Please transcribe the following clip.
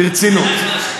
ברצינות,